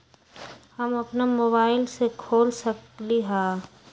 हम अपना मोबाइल से खोल सकली ह?